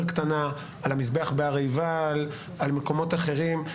קטנה על המזבח בהר עיבל ועל מקומות אחרים,